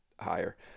higher